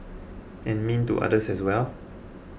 and mean to others as well